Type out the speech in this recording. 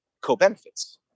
co-benefits